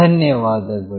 ಧನ್ಯವಾದಗಳು